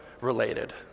related